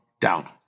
down